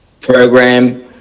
program